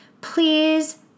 please